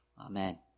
Amen